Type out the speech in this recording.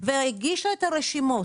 והגישה את הרשימות,